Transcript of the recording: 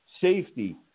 Safety